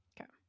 Okay